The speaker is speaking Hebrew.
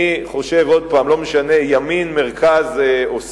אני חושב עוד פעם, לא משנה ימין, מרכז או שמאל,